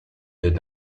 did